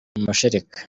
mashereka